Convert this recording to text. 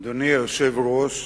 אדוני היושב-ראש,